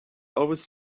always